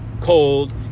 cold